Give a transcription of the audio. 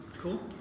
Cool